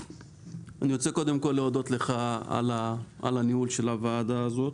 אני רוצה קודם כל להודות לך על ניהול הוועדה הזאת.